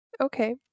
Okay